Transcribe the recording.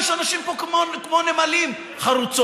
יש אנשים פה כמו נמלים חרוצות,